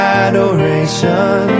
adoration